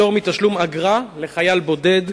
(פטור מתשלום אגרה לחייל בודד),